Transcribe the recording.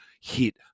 hit